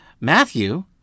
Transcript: Matthew